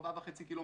4.5 ק"מ.